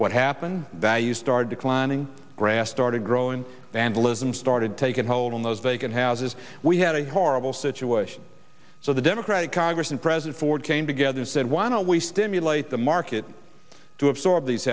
what happened values started declining grass started growing vandalism started taking hold on those vacant houses we had a horrible situation so the democratic congress and president ford came together and said why don't we stimulate the market to absorb these